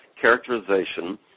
characterization